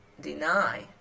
deny